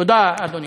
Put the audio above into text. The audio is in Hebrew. תודה, אדוני.